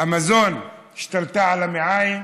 אמזון השתלטה על המעיים,